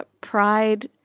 pride